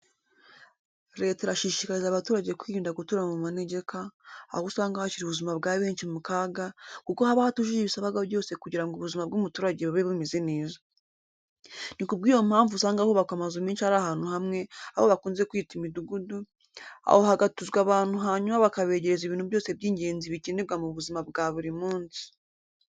Leta irashishikariza abaturage kwirinda gutura mu manegeka, aho usanga hashyira ubuzima bwa benshi mu kaga, kuko hataba hujuje ibisabwa byose kugira ngo ubizima bw'umuturage bube bumeze neza. Ni ku bw'iyo mpamvu usanga hubakwa amazu menshi ari ahantu hamwe, aho bakunze kuyita imidugudu, aho hagatuzwa abantu hanyuma bakabegereza ibintu byose by'ingenzi bikenerwa mu buzima bwa buri munsi.